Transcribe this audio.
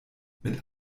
mit